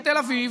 לתל אביב.